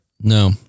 No